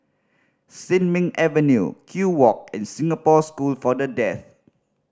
Sin Ming Avenue Kew Walk and Singapore School for The Deaf